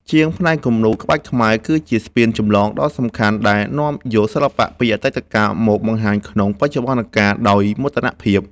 ជាងផ្នែកគំនូរក្បាច់ខ្មែរគឺជាស្ពានចម្លងដ៏សំខាន់ដែលនាំយកសិល្បៈពីអតីតកាលមកបង្ហាញក្នុងបច្ចុប្បន្នកាលដោយមោទនភាព។